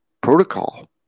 protocol